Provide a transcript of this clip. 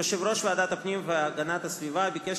יושב-ראש ועדת הפנים והגנת הסביבה ביקש